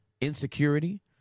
insecurity